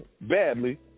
badly